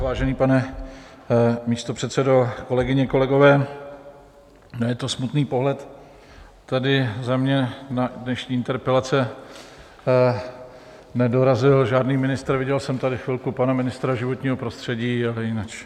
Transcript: Vážený pane místopředsedo, kolegyně, kolegové, je to smutný pohled tady za mě, na dnešní interpelace nedorazil žádný ministr, viděl jsem tady chvilku pana ministra životního prostředí, ale jinak...